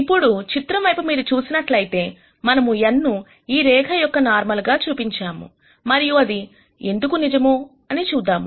ఇప్పుడు చిత్రం వైపు మీరు చూసినట్లయితే మనము n ను ఈ రేఖ కు నార్మల్ అని చూపించాము మరియు అది ఎందుకు నిజము చూద్దాం